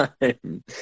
time